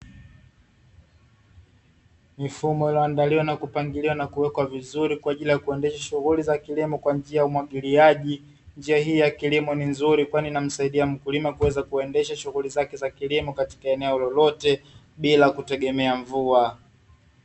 Mifumo iliyo andaliwa na kupangiliwa na kuwekwa vizuri kwa ajili ya kuendesha shughuli za kilimo kwa njia ya umwagiliaji, njia hii ya kilimo ni nzuri kwani inamsaidia mkulima kuweza kuendesha shughuli zake za kilimo katika eneo lolote bila kutumia mvua.